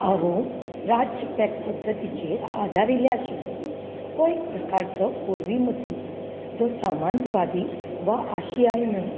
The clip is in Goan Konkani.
अहोम राज्य पॅक पद्दतीचेर आदारिल्ले आशिल्ले हो एक प्रकारचो कोर्वी मजूर जो सामांतवादी वा आशियाई न्हय